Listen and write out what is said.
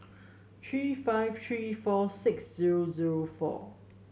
three five three four six zero zero four